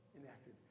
enacted